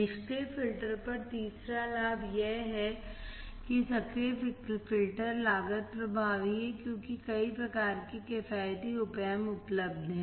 निष्क्रिय फिल्टर पर तीसरा लाभ यह है कि सक्रिय फिल्टर लागत प्रभावी हैं क्योंकि कई प्रकार के किफायती op amp उपलब्ध हैं